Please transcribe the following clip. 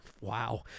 wow